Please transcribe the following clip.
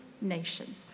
nation